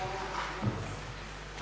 Hvala